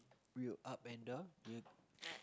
will up and down